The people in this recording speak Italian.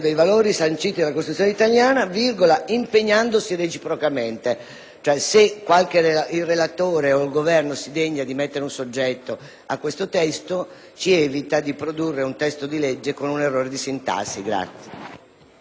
Se il relatore o il Governo si degnano di mettere un soggetto a questo testo ci evitano di produrre un testo di legge con un errore di sintassi.